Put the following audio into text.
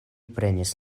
prenis